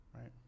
Right